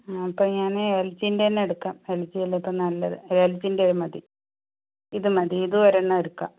അപ്പോൾ ഞാൻ എൽജിൻ്റെ തന്നെയെടുക്കാം എൽജിയല്ലേ ഇപ്പോൾ നല്ലത് എൽജിൻ്റെ മതി ഇതുമതി ഇതൊരെണ്ണം എടുക്കാം